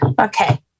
Okay